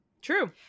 True